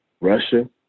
Russia